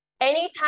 Anytime